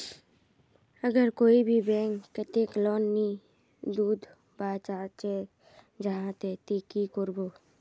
अगर कोई भी बैंक कतेक लोन नी दूध बा चाँ जाहा ते ती की करबो?